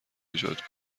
ایجاد